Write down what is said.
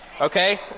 Okay